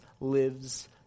lives